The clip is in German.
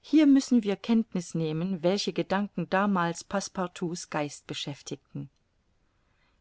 hier müssen wir kenntniß nehmen welche gedanken damals passepartout's geist beschäftigten